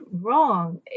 wrong